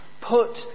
put